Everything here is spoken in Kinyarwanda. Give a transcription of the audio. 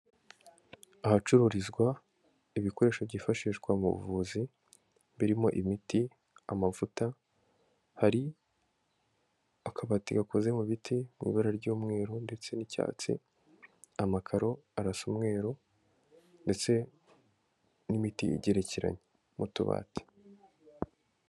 Ahacururizwa ibikoresho byifashishwa mu buvuzi, birimo imiti, amavuta, hari akabati gakoze mu biti mu ibara ry'umweru ndetse n'icyatsi, amakaro arasa umweru ndetse n'imiti igerekeranye mu tubati.